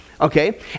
Okay